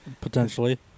Potentially